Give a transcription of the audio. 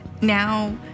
now